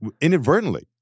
inadvertently